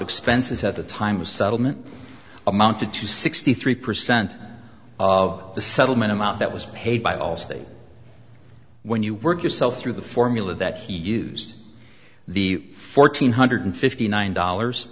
expenses at the time of settlement amounted to sixty three percent of the settlement amount that was paid by all states when you work yourself through the formula that he used the fourteen hundred fifty nine dollars